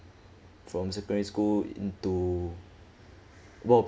from secondary school into